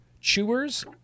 chewers